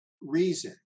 reason